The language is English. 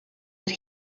that